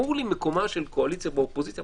ברור לי מקומה של קואליציה ואופוזיציה,